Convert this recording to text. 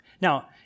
Now